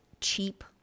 cheap